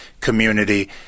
community